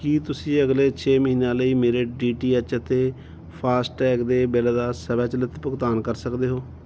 ਕੀ ਤੁਸੀਂਂ ਅਗਲੇ ਛੇ ਮਹੀਨਿਆਂ ਲਈ ਮੇਰੇ ਡੀਟੀਐਚ ਅਤੇ ਫਾਸਟੈਗ ਦੇ ਬਿੱਲ ਦਾ ਸਵੈਚਲਿਤ ਭੁਗਤਾਨ ਕਰ ਸਕਦੇ ਹੋ